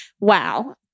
Wow